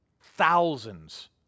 thousands